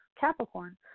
Capricorn